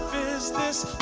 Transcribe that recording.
is this